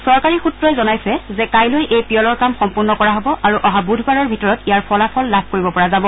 চৰকাৰী সূত্ৰই জনাইছে যে কাইলৈ এই পিয়লৰ কাম সম্পূৰ্ণ কৰা হ'ব আৰু অহা বুধবাৰৰ ভিতৰত ইয়াৰ ফলাফল লাভ কৰিব পৰা যাব